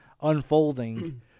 unfolding